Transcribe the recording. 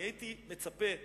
אני הייתי מצפה שהממשלה,